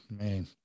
man